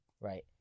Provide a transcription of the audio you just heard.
right